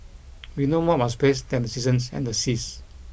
we know more about space than the seasons and the seas